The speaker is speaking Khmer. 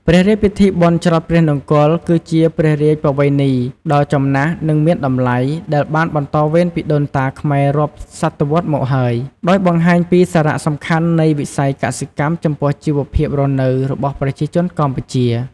ព្រះរាជពិធីបុណ្យច្រត់ព្រះនង្គ័ល គឺជាព្រះរាជបវេណីដ៏ចំណាស់ និងមានតម្លៃ ដែលបានបន្តវេនពីដូនតាខ្មែររាប់សតវត្សរ៍មកហើយ ដោយបង្ហាញពីសារៈសំខាន់នៃវិស័យកសិកម្មចំពោះជីវភាពរស់នៅរបស់ប្រជាជនកម្ពុជា។